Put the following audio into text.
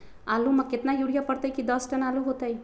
आलु म केतना यूरिया परतई की दस टन आलु होतई?